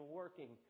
working